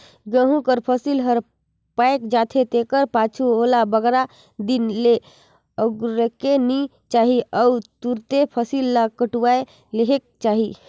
गहूँ कर फसिल हर पाएक जाथे तेकर पाछू ओला बगरा दिन ले अगुरेक नी चाही अउ तुरते फसिल ल कटुवाए लेहेक चाही